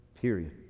period